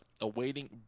awaiting